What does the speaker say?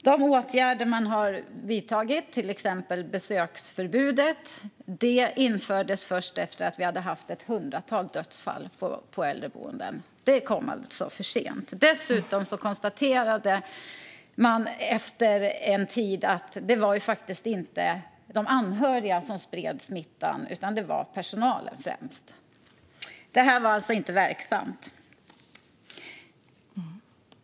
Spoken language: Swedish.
De åtgärder man vidtagit, till exempel besöksförbudet, infördes först efter att vi hade ett haft ett hundratal dödsfall på äldreboenden. Det kom alltså för sent. Dessutom konstaterades det efter en tid att det faktiskt inte var de anhöriga som spred smittan utan att det främst var personalen. Besöksförbudet var alltså inte verksamt.